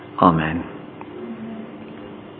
Amen